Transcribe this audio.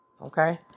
okay